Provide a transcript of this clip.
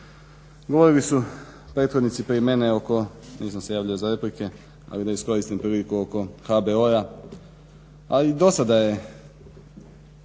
Govorili su prethodnici prije mene oko, nisam se javljao za replike ali da iskoristim priliku, oko HBOR-a. A i dosada je